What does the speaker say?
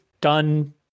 done